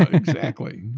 exactly.